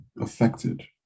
affected